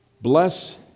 bless